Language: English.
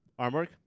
Armwork